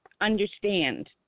understand